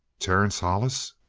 terence hollis!